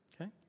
Okay